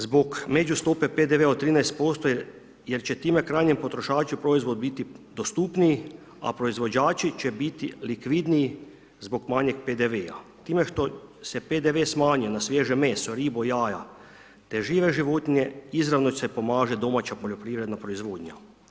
Zbog međustope PDV-a od 13% jer će time krajnjem potrošaču proizvod biti dostupniji, a proizvođači će biti likvidniji zbog manjeg PDV-a, time što se PDV smanjio na svježe meso, ribu, jaja, te žive životinje, izravno se pomaže domaća poljoprivredna proizvodnja.